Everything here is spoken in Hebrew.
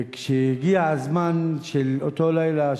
וכשהגיע הזמן של אותו לילה,